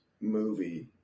movie